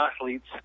athletes